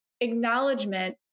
acknowledgement